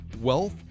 wealth